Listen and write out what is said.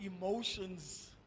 emotions